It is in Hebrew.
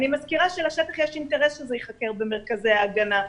אני מזכירה שלשטח יש אינטרס שזה ייחקר במרכזי ההגנה,